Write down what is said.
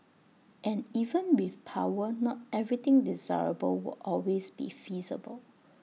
and even with power not everything desirable will always be feasible